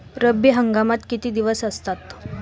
रब्बी हंगामात किती दिवस असतात?